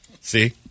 see